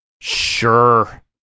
Sure